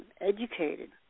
educated